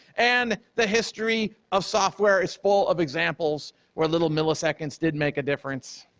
and the history of software is full of examples where little milliseconds did make a difference.